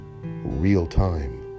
real-time